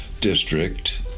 district